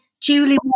Julie